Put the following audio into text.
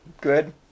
good